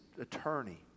attorney